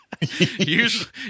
Usually